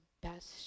best